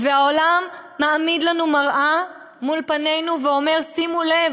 העולם מעמיד לנו מראה מול פנינו ואומר: שימו לב,